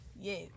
Yes